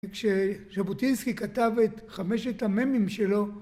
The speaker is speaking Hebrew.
כז'בוטינסקי כתב את חמשת הממים שלו